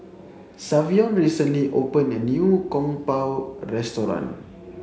Savion recently opened a new Kung Po restaurant